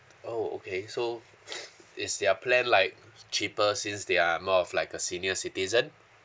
oh okay so is their plan like cheaper since they are more of like a senior citizen